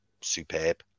superb